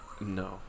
No